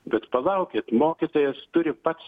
bet palaukit mokytojas turi pats